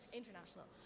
international